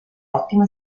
ottimo